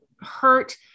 hurt